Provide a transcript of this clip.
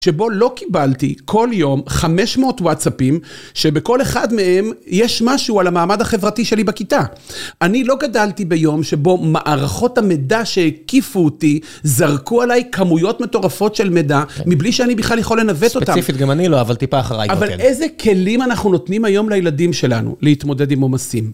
שבו לא קיבלתי כל יום 500 וואטסאפים שבכל אחד מהם יש משהו על המעמד החברתי שלי בכיתה. אני לא גדלתי ביום שבו מערכות המדע שהקיפו אותי זרקו עליי כמויות מטורפות של מידע, מבלי שאני בכלל יכול לנווט אותם. ספציפית, גם אני לא, אבל טיפה אחריי. כן. אבל איזה כלים אנחנו נותנים היום לילדים שלנו להתמודד עם עומסים?